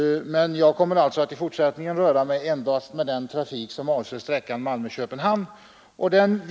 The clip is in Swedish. Men jag kommer i fortsättningen endast att befatta mig med trafiken på sträckan Malmö—Köpenhamn.